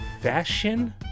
fashion